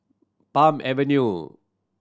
Palm Avenue